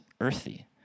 earthy